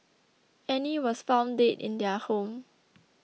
Annie was found dead in their home